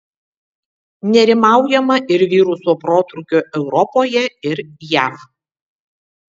nerimaujama ir viruso protrūkio europoje ir jav